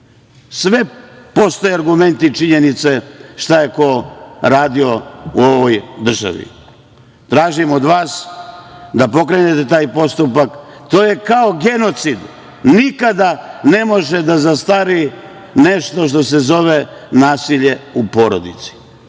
sve postoje argumenti i činjenice šta je ko radio u ovoj državi. Tražim od vas da pokrenete taj postupak. To je kao genocid, nikada ne može da zastari nešto što se zove nasilje u porodici. Jel